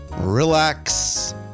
relax